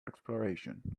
exploration